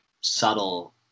subtle